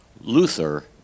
Luther